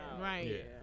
right